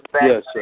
Yes